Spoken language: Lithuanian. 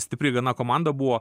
stipri viena komanda buvo